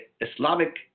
Islamic